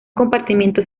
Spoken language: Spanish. compartimentos